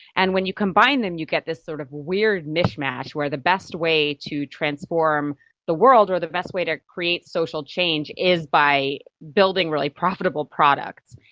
and when you combine them you get this sort of weird mishmash where the best way to transform the world or the best way to create social change is by building really profitable products.